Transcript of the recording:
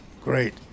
Great